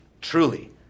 truly